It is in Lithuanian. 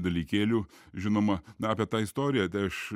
dalykėlių žinoma na apie tą istoriją tai aš